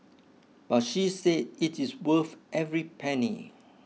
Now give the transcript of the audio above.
but she said it is worth every penny